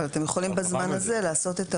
אבל אתם יכולים בזמן הזה לעשות את הבירור,